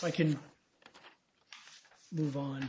i can move on